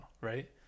right